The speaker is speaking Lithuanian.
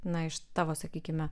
na iš tavo sakykime